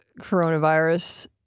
coronavirus